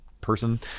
person